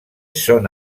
són